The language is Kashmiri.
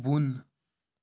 بۄن